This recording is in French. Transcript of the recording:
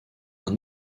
une